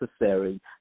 necessary